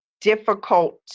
difficult